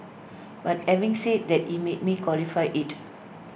but having said that IT let me qualify IT